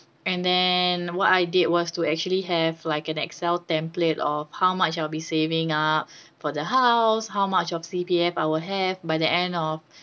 and then what I did was to actually have like an excel template or how much I'll be saving up for the house how much of C_P_F I will have by the end of